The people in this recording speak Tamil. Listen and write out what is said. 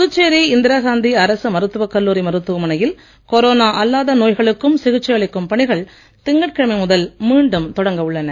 புதுச்சேரி இந்திரா காந்தி அரசு மருத்துவக் கல்லூரி மருத்துவமனையில் கொரோனா அல்லாத நோய்களுக்கும் சிகிச்சை அளிக்கும் பணிகள் திங்கட்கிழமை முதல் மீண்டும் தொடங்க உள்ளன